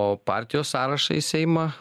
o partijos sąrašą į seimą